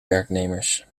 werknemers